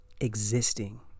existing